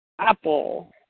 Apple